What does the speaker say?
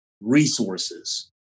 resources